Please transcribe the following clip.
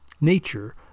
nature